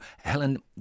Helen